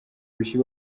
urushyi